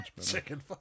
chicken